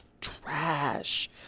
trash